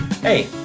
Hey